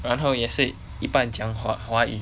然后也是一半讲华华华语